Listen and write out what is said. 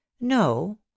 no